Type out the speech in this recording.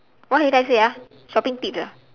what did I say ah shopping tips ah